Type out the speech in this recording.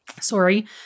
Sorry